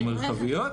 ומרחביות.